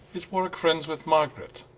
is warwicke friends with margaret?